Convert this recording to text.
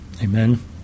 Amen